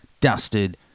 Dusted